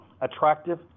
attractive